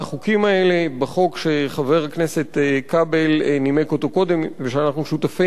החוקים האלה: בחוק שחבר הכנסת כבל נימק אותו קודם ושאנחנו שותפים,